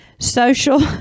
Social